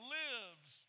lives